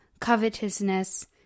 covetousness